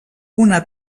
una